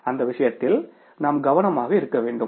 அந்த விஷயத்தில் நாம் கவனமாக இருக்க வேண்டும்